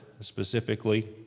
specifically